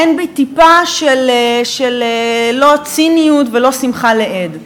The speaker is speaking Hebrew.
אין בי טיפה של ציניות ושמחה לאיד.